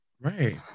Right